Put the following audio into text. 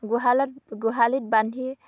গোহালত গোহালিত বান্ধি